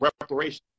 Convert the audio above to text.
reparation